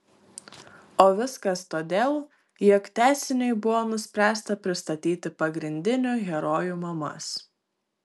o viskas todėl jog tęsiniui buvo nuspręsta pristatyti pagrindinių herojų mamas